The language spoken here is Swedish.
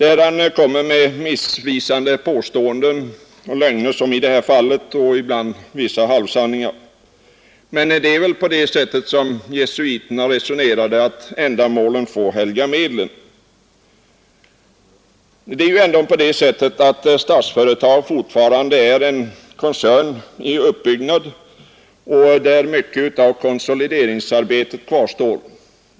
Han kommer med missvisande påståenden och lögner som i det här fallet och ibland med halvsanningar. Men det är väl på det sättet som jesuiterna resonerade, att ändamålet får helga medlen. Statsföretag är ju fortfarande en koncern i uppbyggnad, där mycket av konsolideringsarbetet kvarstår.